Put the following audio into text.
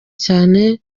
cyane